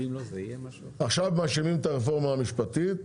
עכשיו מאשימים את הרפורמה המשפטית